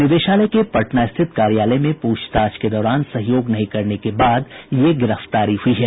निदेशालय के पटना स्थित कार्यालय में पूछताछ के दौरान सहयोग नहीं करने के बाद ये गिरफ्तारी हुई है